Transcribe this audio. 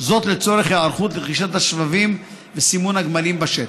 לצורך היערכות לרכישת השבבים וסימון הגמלים בשטח.